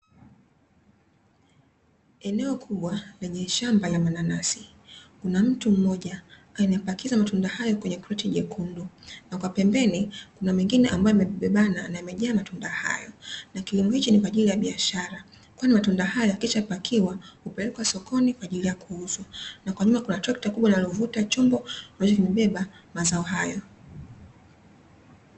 Eneo kubwa lenye shamba ya mananasi. Kuna mtu mmoja anapakiza matunda hayo kwenye koti jekundu. Na kwa pembeni kuna mengine ambayo yamebebana na yamejaa matunda hayo. Na kilimo hicho ni kwa ajili ya biashara. Kwani matunda haya yakishapakiwa hupelekwa sokoni kwa ajili ya kuuzwa. Na kwa nyuma kuna trekta kubwa linalovuta chombo ambacho kimebeba mazao hayo.